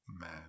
man